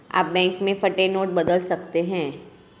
आप बैंक में फटे नोट बदल सकते हैं